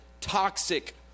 toxic